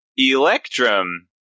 Electrum